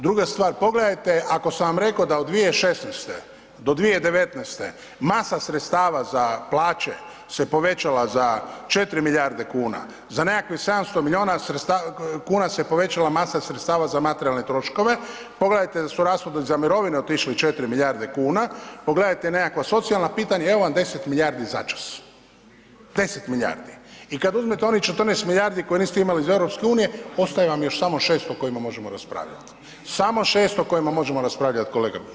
Druga stvar, pogledajte ako sam vam reko da od 2016. do 2019. masa sredstava za plaće se povećala za 4 milijarde kuna, za nekakvih 700 milijuna kuna se povećala masa sredstava za materijalne troškove, pogledajte da su rashodi za mirovine otišli 4 milijarde kuna, pogledajte nekakva socijalna pitanja, evo vam 10 milijardi začas, 10 milijardi i kad uzmete onih 14 milijardi koje niste imali iz EU, ostaje vam još samo 600 o kojima možemo raspravljati, samo 600 o kojima možemo raspravljat kolega Maras.